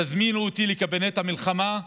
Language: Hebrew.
תזמינו אותי לקבינט המלחמה,